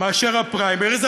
מאשר הפריימריז,